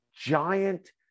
giant